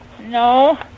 No